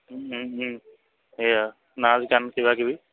সেয়া নাচ গান কিবা কিবি